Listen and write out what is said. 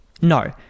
no